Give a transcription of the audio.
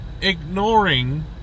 ignoring